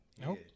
Nope